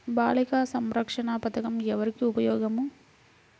బాలిక సంరక్షణ పథకం ఎవరికి ఉపయోగము?